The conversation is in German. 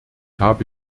habe